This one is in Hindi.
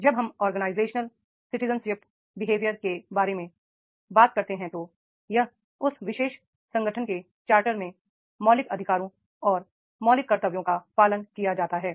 जब हम ऑर्गेनाइजेशनल सिटीजनशिप बिहेवियर के बारे में बात करते हैं तो यह उस विशेष संगठन के चार्टर में मौलिक अधिकारों और मौलिक कर्तव्यों का पालन किया जाता है